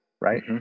right